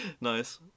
Nice